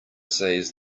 says